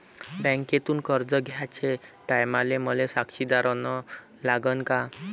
बँकेतून कर्ज घ्याचे टायमाले मले साक्षीदार अन लागन का?